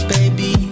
Baby